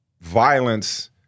violence